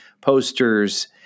posters